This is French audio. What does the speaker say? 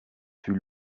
fut